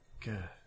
Good